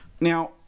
Now